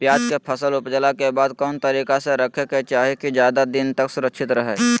प्याज के फसल ऊपजला के बाद कौन तरीका से रखे के चाही की ज्यादा दिन तक सुरक्षित रहय?